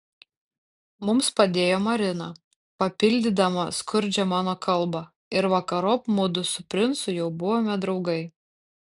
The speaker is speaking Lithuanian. mums padėjo marina papildydama skurdžią mano kalbą ir vakarop mudu su princu jau buvome draugai